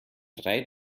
drei